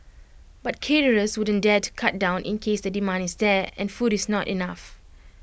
but caterers wouldn't dare to cut down in case the demand is there and food is not enough